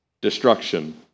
destruction